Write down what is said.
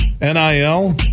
NIL